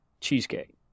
Cheesecake